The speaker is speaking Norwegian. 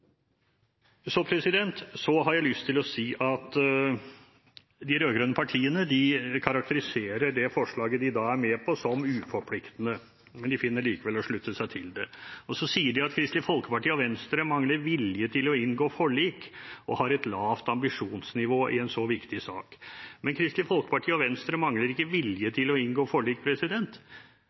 De rød-grønne partiene karakteriserer forslaget de er med på, som uforpliktende, men de slutter seg likevel til det. De sier at Kristelig Folkeparti og Venstre mangler vilje til å inngå forlik og har et lavt ambisjonsnivå i en så viktig sak. Men Kristelig Folkeparti og Venstre mangler ikke vilje til å inngå forlik